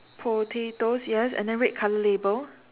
potatoes yes and then red color label